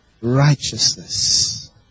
righteousness